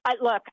look